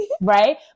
Right